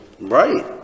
Right